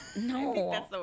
No